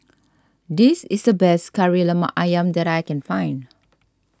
this is the best Kari Lemak Ayam that I can find